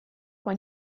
when